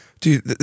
Dude